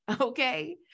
Okay